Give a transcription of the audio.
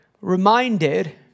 reminded